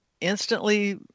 instantly